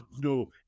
no